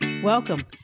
Welcome